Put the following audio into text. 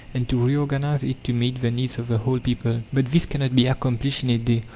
and to reorganize it to meet the needs of the whole people. but this cannot be accomplished in a day,